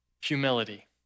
humility